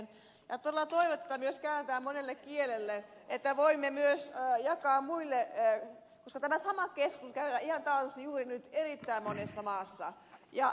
todella toivon että tätä myös käännetään monelle kielelle että voimme jakaa tätä myös muille koska tämä sama keskustelu käydään ihan taatusti juuri nyt erittäin monessa maassa